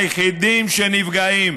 היחידים שנפגעים